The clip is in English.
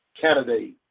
candidate